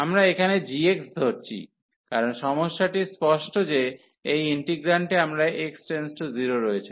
আমরা এখানে g ধরছি কারণ সমস্যাটি স্পষ্ট যে এই ইন্টিগ্রান্ডে আমরা x→0 রয়েছে